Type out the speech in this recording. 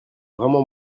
vraiment